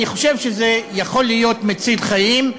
אני חושב שזה יכול להיות מציל חיים,